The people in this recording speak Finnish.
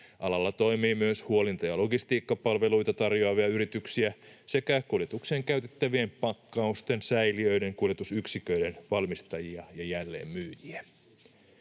Alalla toimii myös huolinta- ja logistiikkapalveluita tarjoavia yrityksiä sekä kuljetukseen käytettävien pakkausten, säiliöiden ja kuljetusyksiköiden valmistajia ja jälleenmyyjiä.